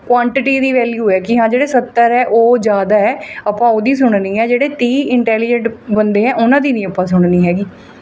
quantity ਦੀ value ਹੈ ਕਿ ਹਾਂ ਜਿਹੜੇ ਸੱਤਰ ਹੈ ਉਹ ਜ਼ਿਆਦਾ ਹੈ ਆਪਾਂ ਉਹਦੀ ਸੁਣਨੀ ਹੈ ਜਿਹੜੇ ਤੀਹ ਇੰਟੈਲੀਜਟ ਬੰਦੇ ਹੈ ਉਹਨਾਂ ਦੀ ਨਹੀਂ ਆਪਾਂ ਸੁਣਨੀ ਹੈਗੀ